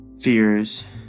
fears